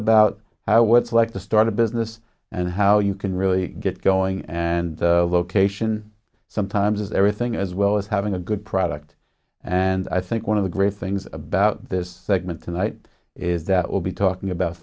about how it's like to start a business and how you can really get going and vocation sometimes is everything as well as having a good product and i think one of the great things about this segment tonight is that we'll be talking about